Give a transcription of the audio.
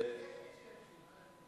יש מי שישיב.